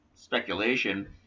speculation